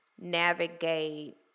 navigate